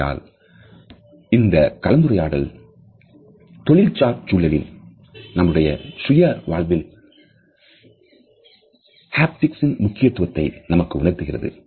ஆகையால் இந்த கலந்துரையாடல் தொழில் சார் சூழலிலும் நம்முடைய சுய வாழ்விலும் ஹாப்டிக்ஸ் முக்கியத்துவத்தை நமக்கு உணர்த்துகிறது